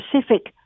specific